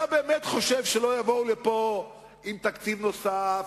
אתה באמת חושב שלא יבואו לפה עם תקציב נוסף,